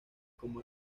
como